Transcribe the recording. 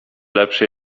lepszy